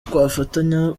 twafatanya